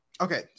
Okay